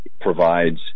provides